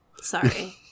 Sorry